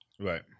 right